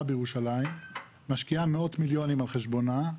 בירושלים משקיעה מאות מיליונים על חשבונה,